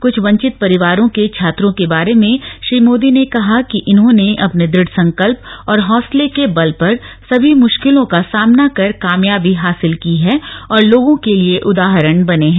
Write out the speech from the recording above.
कुछ वंचित परिवारों के छात्रों के बारे में श्री मोदी ने कहा कि इन्होंने अपने दृढ़संकल्प और हौंसले के बल पर सभी मुश्किलों का सामना कर कामयाबी हासिल की है और लोगों के लिए उदाहरण बने हैं